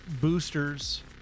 boosters